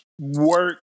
Work